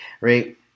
right